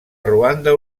ruanda